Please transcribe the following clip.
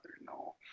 no